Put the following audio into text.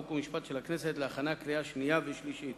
חוק ומשפט של הכנסת להכנה לקריאה שנייה ולקריאה שלישית.